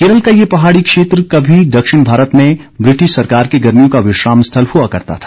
केरल का यह पहाड़ी क्षेत्र कभी दक्षिण भारत में ब्रिटिश सरकार के गर्मियों का विश्राम स्थल हुआ करता था